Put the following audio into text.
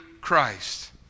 Christ